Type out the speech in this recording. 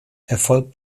erfolgt